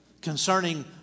concerning